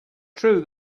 true